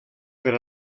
per